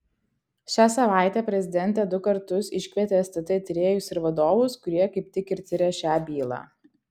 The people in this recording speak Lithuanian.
šią savaitę prezidentė du kartus iškvietė stt tyrėjus ir vadovus kurie kaip tik ir tirią šią bylą